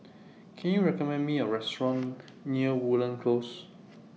Can YOU recommend Me A Restaurant near Woodleigh Close